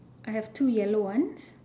I have two yellow ones